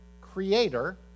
creator